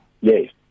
Yes